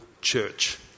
church